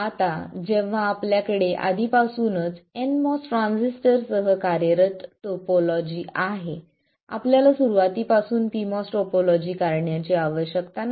आता जेव्हा आपल्याकडे आधीपासूनच nMOS ट्रान्झिस्टरसह कार्यरत टोपोलॉजी आहे आपल्याला सुरवातीपासून pMOS टोपोलॉजी काढण्याची आवश्यकता नाही